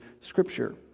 Scripture